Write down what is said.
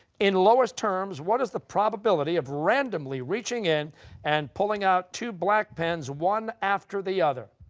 in lowest terms, what is the probability of randomly reaching in and pulling out two black pens, one after the other?